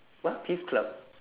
what clerk